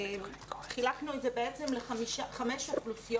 חילקנו את זה בעצם לחמש אוכלוסיות,